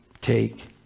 take